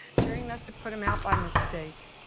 jerry must have put them out by mistake.